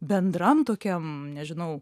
bendram tokiam nežinau